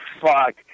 Fuck